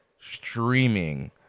streaming